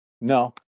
No